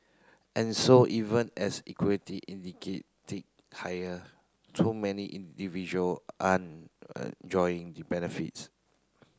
and so even as equity indicate tick higher too many individual aren't joying the benefits